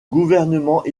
gouvernement